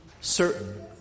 certain